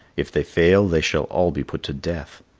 if they fail, they shall all be put to death.